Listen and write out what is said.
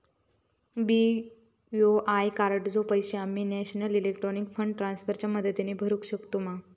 BOI कार्डाचे पैसे आम्ही नेशनल इलेक्ट्रॉनिक फंड ट्रान्स्फर च्या मदतीने भरुक शकतू मा?